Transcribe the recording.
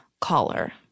Caller